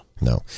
no